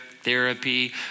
therapy